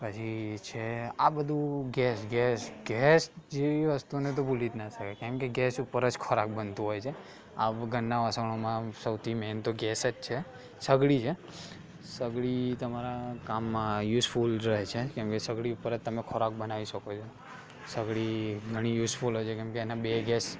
પછી છે આ બધું ગેસ ગેસ ગેસ જેવી વસ્તુને તો ભૂલી જ ન શકાય કેમ કે ગેસ ઉપર જ ખોરાક બનતો હોય છે આ વ ઘરના વાસણોમાં સૌથી મેન તો ગેસ જ છે સગડી છે સગડી તમારા કામમાં યુઝફુલ રહે છે કેમ કે સગડી ઉપર જ તમે ખોરાક બનાવી શકો છો સગડી ઘણી યુઝફુલ હોય છે કેમ કે એનાં બે ગેસ